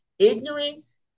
Ignorance